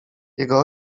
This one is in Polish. jego